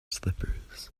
slippers